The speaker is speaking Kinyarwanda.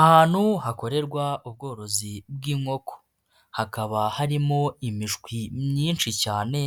Ahantu hakorerwa ubworozi bw'inkoko, hakaba harimo imishwi myinshi cyane